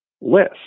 list